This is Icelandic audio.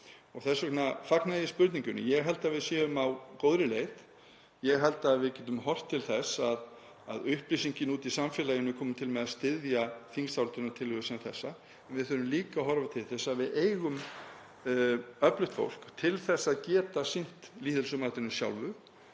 vegna fagna ég spurningunni. Ég held að við séum á góðri leið. Ég held að við getum horft til þess að upplýsingin úti í samfélaginu komi til með að styðja þingsályktunartillögu sem þessa en við þurfum líka að horfa til þess að við eigum öflugt fólk til að geta sinnt lýðheilsumatinu sjálfu.